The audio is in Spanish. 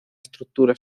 estructura